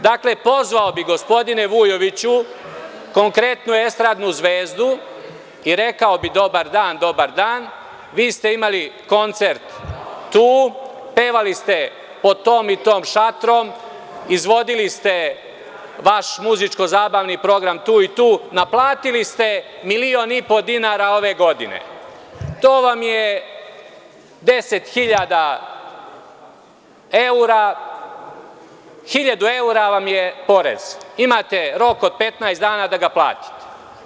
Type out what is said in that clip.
Dakle, pozvao bih gospodine Vujoviću konkretnu estradnu zvezdu i rekao bih – dobar dan – dobar dan, vi ste imali koncert tu, pevali ste pod tom i tom šatrom, izvodili ste vaš muzičko zabavni program tu i tu, naplatili ste milion i po dinara ove godine, to vam je 10.000 evra, 1.000 evra vam je porez, imate rok od 15 dana da ga platite.